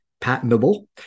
patentable